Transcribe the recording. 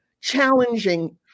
challenging